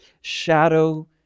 shadow